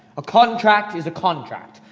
a contract is a contract.